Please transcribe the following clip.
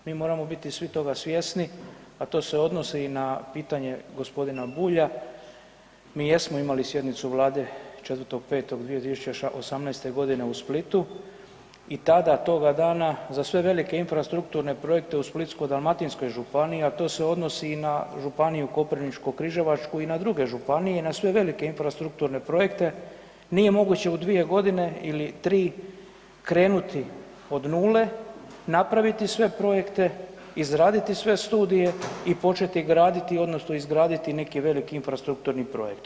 Mi moramo biti svi toga svjesni, a to se odnosi i na pitanje g. Bulja, mi jesmo imali sjednicu Vlade 4.5.2018. u Splitu i tada toga dana za sve velike infrastrukturne projekte u Splitsko-dalmatinskoj županiji, a to se odnosi i na županiju Koprivničko-križevačku i na druge županije i na sve velike infrastrukturne projekte, nije moguće u 2 godine ili 3 krenuti od 0, napraviti sve projekte, izraditi sve studije i početi graditi odnosno izgraditi neki veliki infrastrukturni projekt.